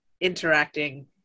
interacting